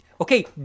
Okay